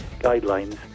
guidelines